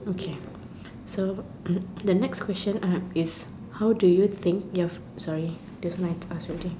okay so the next question is how do you think you have sorry